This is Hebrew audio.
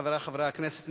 חברי חברי הכנסת,